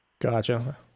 Gotcha